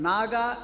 Naga